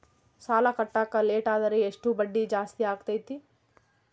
ಸಾಲ ಕಟ್ಟಾಕ ಲೇಟಾದರೆ ಎಷ್ಟು ಬಡ್ಡಿ ಜಾಸ್ತಿ ಆಗ್ತೈತಿ?